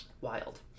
Wild